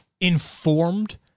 informed